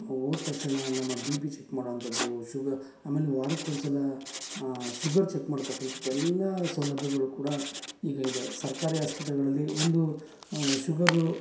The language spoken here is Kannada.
ಓ ಹೋದ ತಕ್ಷಣ ನಮ್ಮ ಬಿ ಪಿ ಚೆಕ್ ಮಾಡುವಂಥದ್ದು ಶುಗ ಆಮೇಲೆ ವಾರಕ್ಕೊಂದ್ಸಲ ಶುಗರ್ ಚೆಕ್ ಮಾಡ್ತಕ್ಕಂಥದ್ದೆಲ್ಲ ಸೌಲಭ್ಯಗಳು ಕೂಡ ಈಗ ಇದೆ ಸರ್ಕಾರಿ ಆಸ್ಪತ್ರೆಗಳಲ್ಲಿ ಒಂದು ಶುಗರು